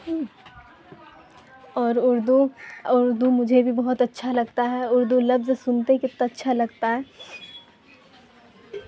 اور اردو اردو مجھے بھی بہت اچھا لگتا ہے اردو لفظ سنتے ک اچھا لگتا ہے